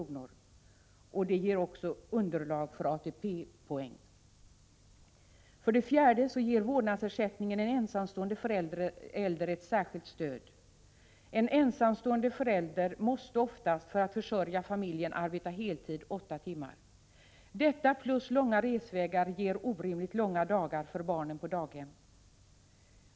Vårdnadsersättningen ger också underlag för ATP-poäng. För det fjärde ger vårdnadsersättningen en ensamstående förälder ett särskilt stöd. En ensamstående förälder måste oftast arbeta heltid, åtta timmar, för att kunna försörja familjen. Detta plus långa resvägar innebär att barnen måste vara på daghem orimligt många timmar.